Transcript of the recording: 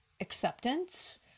acceptance